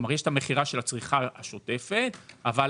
כלומר